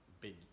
big